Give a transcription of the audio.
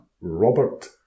Robert